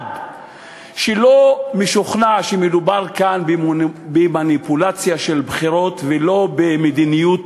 אחד שלא משוכנע שמדובר כאן במניפולציה של בחירות ולא במדיניות